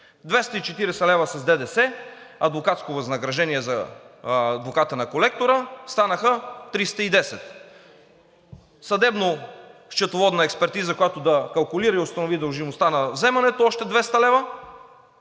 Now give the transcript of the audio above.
240 лв. с ДДС за адвокатско възнаграждение за адвоката на колектора – станаха 310 лв. Съдебно-счетоводна експертиза, която да калкулира и установи дължимостта на вземането – още 200 лв.,